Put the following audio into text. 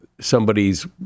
somebody's